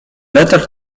letarg